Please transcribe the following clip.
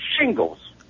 shingles